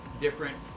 Different